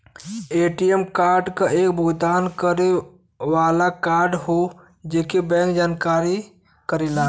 ATM card एक भुगतान करे वाला कार्ड हौ जेके बैंक जारी करेला